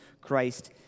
Christ